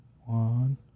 One